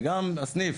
וגם הסניף,